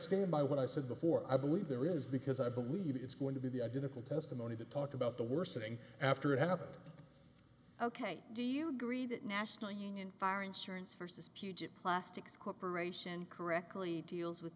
by what i said before i believe there is because i believe it's going to be the identical testimony to talk about the worsening after it happened ok do you agree that national union far insurance versus puget plastics corporation correctly deals with